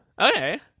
Okay